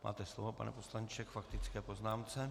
Máte slovo, pane poslanče, k faktické poznámce.